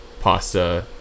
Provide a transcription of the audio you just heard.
Pasta